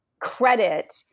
credit